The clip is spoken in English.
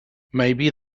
maybe